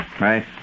right